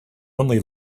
only